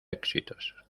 éxitos